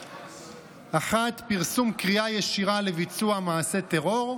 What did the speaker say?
(1) פרסום קריאה ישירה לביצוע מעשה טרור,